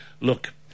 look